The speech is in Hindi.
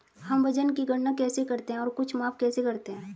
हम वजन की गणना कैसे करते हैं और कुछ माप कैसे करते हैं?